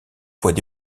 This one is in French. poids